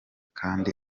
kandi